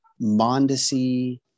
Mondesi